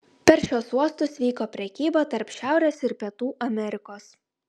per šiuos uostus vyko prekyba tarp šiaurės ir pietų amerikos